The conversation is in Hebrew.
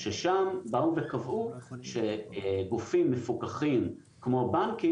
ששם באו וקבעו שגופים מפוקחים כמו בנקים